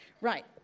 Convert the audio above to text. Right